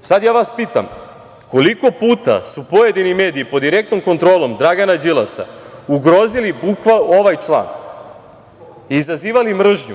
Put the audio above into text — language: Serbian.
Sad ja vas pitam – koliko puta su pojedini mediji pod direktnom kontrolom Dragana Đilasa ugrozili ovaj član, izazivali mržnju,